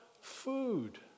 food